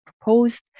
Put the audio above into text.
proposed